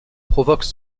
provoque